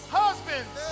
husbands